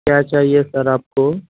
کیا چاہیے سر آپ کو